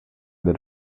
that